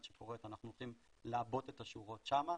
שקורית אנחנו הולכים לעבות את השורות שם,